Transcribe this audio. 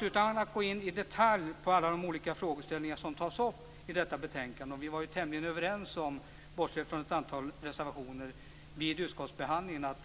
Utan att gå in i detalj på alla de olika frågeställningar som tas upp i detta betänkande - vi var ju vid utskottsbehandlingen tämligen överens, bortsett från ett antal reservationer - vill jag säga att